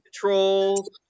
Controls